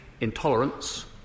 intolerance